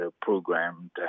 programmed